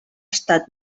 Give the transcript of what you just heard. estat